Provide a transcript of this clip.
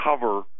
cover